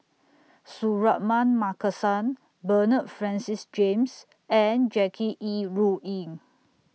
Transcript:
Suratman Markasan Bernard Francis James and Jackie Yi Ru Ying